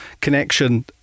connection